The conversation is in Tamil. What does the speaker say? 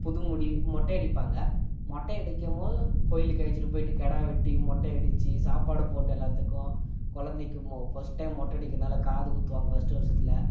புது முடி மொட்டை அடிப்பாங்க மொட்டை அடிக்கும் போது கோவிலுக்கு அழைச்சிட்டுப் போயிட்டு கெடா வெட்டி மொட்டை அடிச்சி சாப்பாடு போட்டு எல்லாத்துக்கும் குழந்தைக்கி மோ ஃபர்ஸ்ட் டைம் மொட்டை அடிக்கிறனால காது குத்துவாங்க ஃபர்ஸ்ட்டு வருஷத்துல